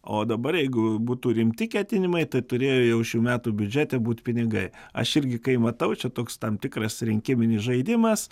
o dabar jeigu būtų rimti ketinimai tai turėjo jau šių metų biudžete būt pinigai aš irgi kai matau čia toks tam tikras rinkiminis žaidimas